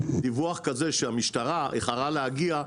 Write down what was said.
דיווח כזה שהמשטרה איחרה להגיע,